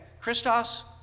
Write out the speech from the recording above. Christos